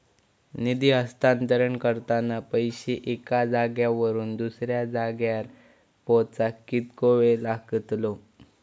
निधी हस्तांतरण करताना पैसे एक्या जाग्यावरून दुसऱ्या जाग्यार पोचाक कितको वेळ लागतलो?